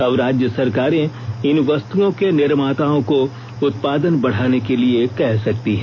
अब राज्य सरकारें इन वस्तुओं के निर्माताओं को उत्पादन बढाने के लिए कह सकती हैं